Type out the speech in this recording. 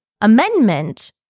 amendment